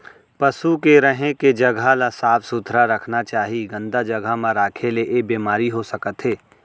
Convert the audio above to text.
पसु के रहें के जघा ल साफ सुथरा रखना चाही, गंदा जघा म राखे ले ऐ बेमारी हो सकत हे